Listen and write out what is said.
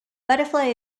butterfly